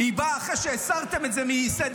היא באה אחרי שהסרתם את זה מסדר-היום.